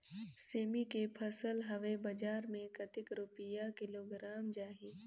सेमी के फसल हवे बजार मे कतेक रुपिया किलोग्राम जाही?